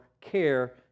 care